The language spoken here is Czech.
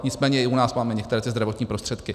Nicméně i u nás máme některé ty zdravotní prostředky.